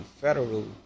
Federal